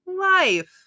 life